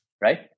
Right